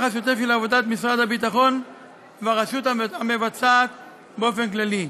השוטף של עבודת משרד הביטחון והרשות המבצעת באופן כללי.